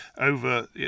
over